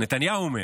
זה נתניהו אומר,